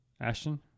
Ashton